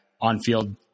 on-field